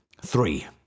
Three